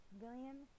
William